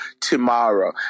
tomorrow